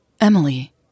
Emily